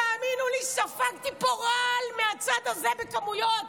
תאמינו לי, ספגתי פה רעל מהצד הזה בכמויות.